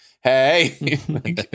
hey